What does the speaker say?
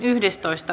asia